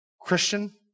Christian